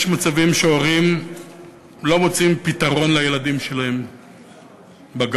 יש מצבים שהורים לא מוצאים פתרון לילדים שלהם שהולכים לגן,